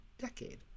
decade